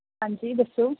ਹਾਂਜੀ ਦੱਸੋ